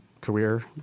career